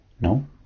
no